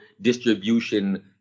distribution